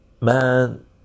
man